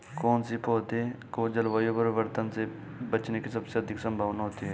कौन से पौधे को जलवायु परिवर्तन से बचने की सबसे अधिक संभावना होती है?